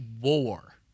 war